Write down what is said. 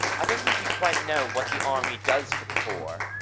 i don't think you quite know what the army does for the poor.